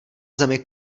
zemi